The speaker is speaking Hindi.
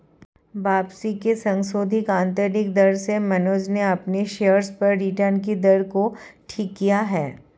वापसी की संशोधित आंतरिक दर से मनोज ने अपने शेयर्स पर रिटर्न कि दर को ठीक किया है